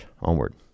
onward